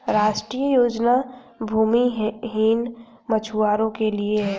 राष्ट्रीय योजना भूमिहीन मछुवारो के लिए है